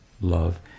love